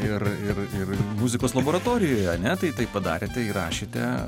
ir ir ir muzikos laboratorijoje ane tai tai padarėte įrašėte